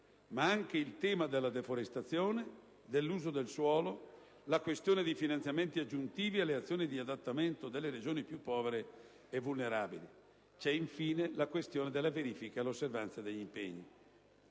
ma anche il tema della deforestazione, dell'uso del suolo, la questione dei finanziamenti aggiuntivi alle azioni di adattamento delle regioni più povere e vulnerabili. C'è infine la questione della verifica e dell'osservanza degli impegni.